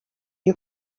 you